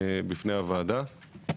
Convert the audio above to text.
בפני הוועדה.